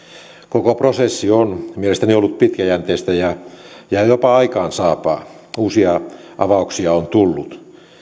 koko prosessi on mielestäni ollut pitkäjänteistä ja jopa aikaansaavaa uusia avauksia on tullut